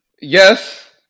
yes